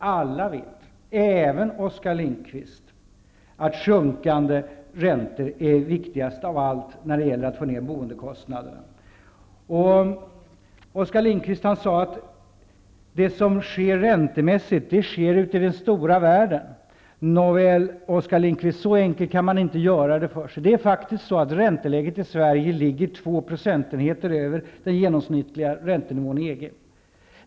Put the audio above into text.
Alla vet, även Oskar Lindkvist, att sjunkande räntor är viktigast av allt när det gäller att få ned boendekostnaderna. Oskar Lindkvist sade att det som sker räntemässigt sker ute i den stora världen, men så enkelt kan man inte göra det för sig. Det är faktiskt så att ränteläget i Sverige ligger två procentenheter över den genomsnittliga räntenivån i EG.